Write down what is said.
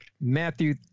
Matthew